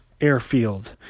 airfield